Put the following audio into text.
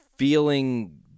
Feeling